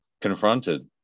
confronted